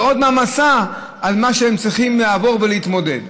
וזו עוד מעמסה על מה שהן צריכות לעבור ולהתמודד.